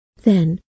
Then